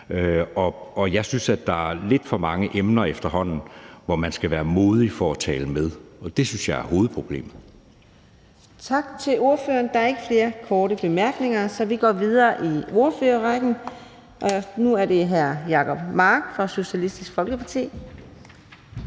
efterhånden, der er lidt for mange emner, hvor man skal være modig for at tale med, og det synes jeg er hovedproblemet. Kl. 16:21 Fjerde næstformand (Karina Adsbøl): Tak til ordføreren. Der er ikke flere korte bemærkninger, så vi går videre i ordførerrækken, og nu er det hr. Jacob Mark fra Socialistisk Folkeparti.